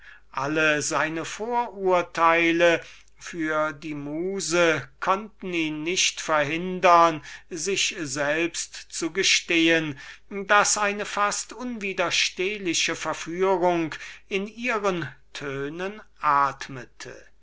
alle seine vorurteile für die muse konnten ihn nicht verhindern sich selbst zu gestehen daß eine fast unwiderstehliche verführung in ihren tönen atmete